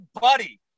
buddy